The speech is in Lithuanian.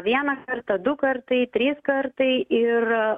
vieną kartą du kartai trys kartai ir